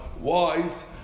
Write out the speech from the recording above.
wise